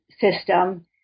system